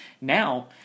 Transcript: Now